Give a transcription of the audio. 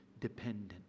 dependent